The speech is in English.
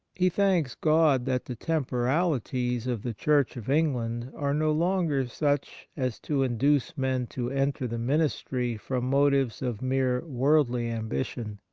he thanks god that the temporali ties of the church of england are no longer such as to induce men to enter the ministry from motives of mere worldly ambition.